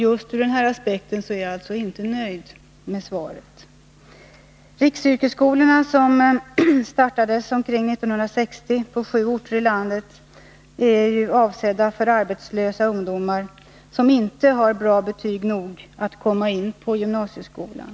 Just ur denna aspekt är jag alltså inte nöjd med svaret. Riksyrkesskolorna, som startades omkring 1960 på sju orter i landet, är avsedda för arbetslösa ungdomar, som inte har bra betyg nog för att komma in på gymnasieskolan.